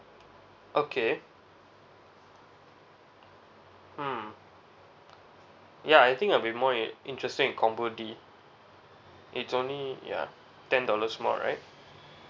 okay mm ya I think I'll be more in interested combo D it's only yeah ten dollars more right